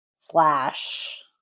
slash